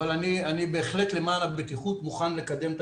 אבל אני בהחלט למען הבטיחות מוכן לקדם את